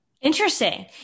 Interesting